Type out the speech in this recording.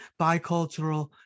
bicultural